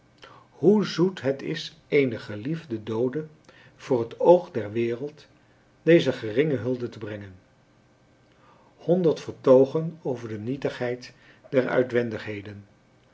hoe zoet het is eenen geliefden doode voor het oog der wereld deze geringe hulde te brengen honderd vertoogen over de nietigheid der